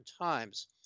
times